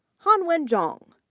hanween zhang,